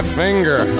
finger